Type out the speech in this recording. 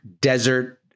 desert